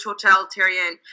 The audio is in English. totalitarian